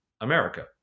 America